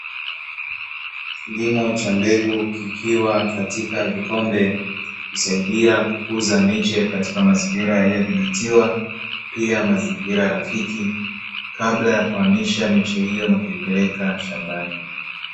Kilimo cha mbegu kikiwa katika vikombe, kusaidia kukuza miche katika mazingira yaliyodhibitiwa, pia mazingira rafiki kabla ya kuhamisha miche hiyo na kuipekeka shambani.